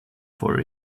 for